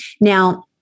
Now